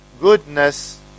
goodness